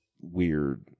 weird